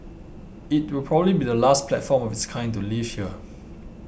it will probably be the last platform of its kind to leave here